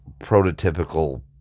prototypical